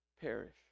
perish